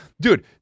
Dude